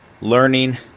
learning